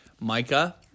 Micah